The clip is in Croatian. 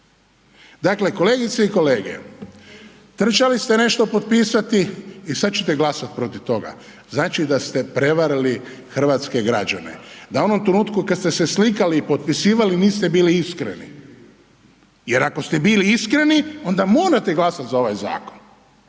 Dakle kolegice i kolege, trčali ste nešto potpisati i sada ćete glasat protiv toga, znači da ste prevarili hrvatske građane, da u onom trenutku kada ste slikali i potpisivali niste bili iskreni jer ako ste bili iskreni onda morate glasati za ovaj zakon,